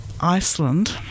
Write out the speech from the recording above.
Iceland